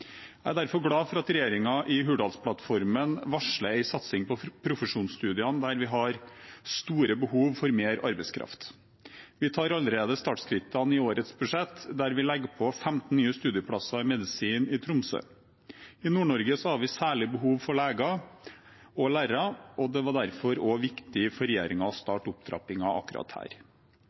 Jeg er derfor glad for at regjeringen i Hurdalsplattformen varsler en satsing på profesjonsstudiene der vi har store behov for mer arbeidskraft. Vi tar allerede startskrittene i årets budsjett, der vi legger på 15 nye studieplasser i medisin i Tromsø. I Nord-Norge har vi særlig behov for leger og lærere, og det var derfor også viktig for regjeringen å starte opptrappingen akkurat her.